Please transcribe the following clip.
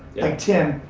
like tim,